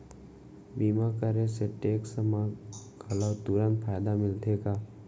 बीमा करे से टेक्स मा घलव तुरंत फायदा मिलथे का?